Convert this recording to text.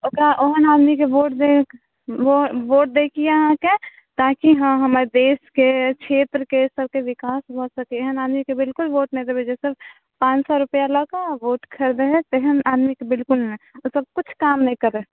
ओकरा ओहन आदमीके वोट दय वोट वोट दयके यऽ अहाँके ताकि हँ हमर देशके छेत्रके सभकेँ विकास भऽ सकै एहन आदमीके बिलकुल वोट नहि देबै जे सभ पाँ सौ रुपया लऽ कऽ वोट खरीदै हय तेहेन आदमी कऽ बिलकुल नहि ओ सभ किछु काम नहि करत